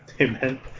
Amen